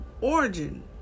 origin